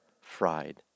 fried